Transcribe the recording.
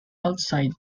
outside